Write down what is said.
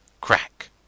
Crack